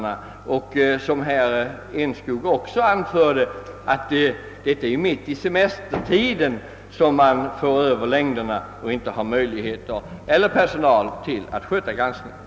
Det är ju, som herr Enskog också anfört, mitt i semestertiden man får över taxeringslängden till kommunerna, och man har då inte personal att sköta granskningen.